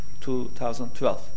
2012